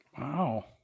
Wow